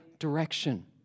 direction